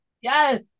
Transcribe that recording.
Yes